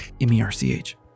M-E-R-C-H